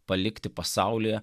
palikti pasaulyje